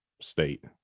state